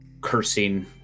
cursing